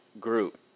group